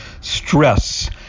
stress